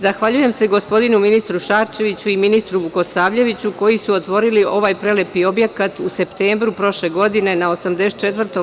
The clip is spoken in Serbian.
Zahvaljujem se gospodinu ministru Šarčeviću i ministru Vukosavljeviću koji su otvorili ovaj prelepi objekat u septembru prošle godine na 84.